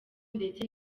ndetse